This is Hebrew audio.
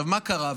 מה קרה?